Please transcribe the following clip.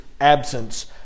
absence